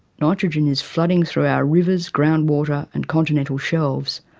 nitrogen is flooding through our rivers, groundwater and continental shelves,